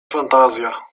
fantazja